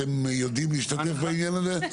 אתם יודעים להשתמש בעניין הזה?